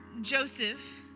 Joseph